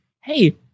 Hey